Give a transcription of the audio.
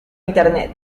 internet